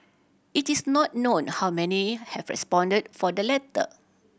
it is not known how many have responded for the letter